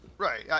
Right